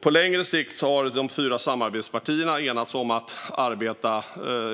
På längre sikt har de fyra samarbetspartierna